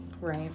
right